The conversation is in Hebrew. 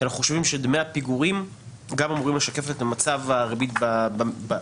אנחנו חושבים שדמי הפיגורים גם אמורים לשקף את המצב הריבית במשק,